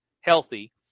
healthy